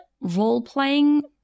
role-playing